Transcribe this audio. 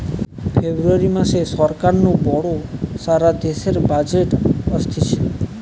ফেব্রুয়ারী মাসে সরকার নু বড় সারা দেশের বাজেট অসতিছে